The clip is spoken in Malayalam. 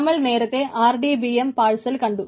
നമ്മൾ നേരത്തെ RDBM പാർസൽ കണ്ടു